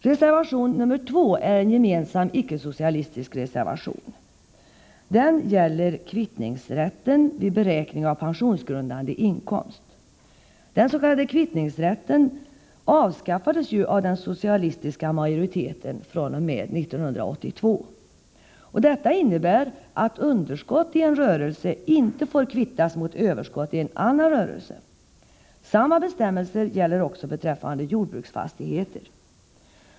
Reservation 2 är en gemensam icke-socialistisk reservation, som gäller kvittningsrätt vid beräkning av pensionsgrundande inkomst. Den s.k. kvittningsrätten avskaffades ju med verkan fr.o.m. 1982 av den socialistiska majoriteten. Följden blev att underskott i en rörelse inte får kvittas mot överskott i en annan rörelse. Samma bestämmelser gäller också beträffande jordbruksfastigheter.